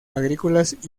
agrícolas